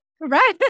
Right